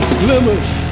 glimmers